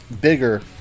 bigger